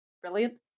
brilliant